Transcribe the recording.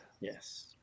Yes